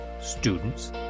students